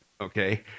okay